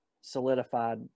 solidified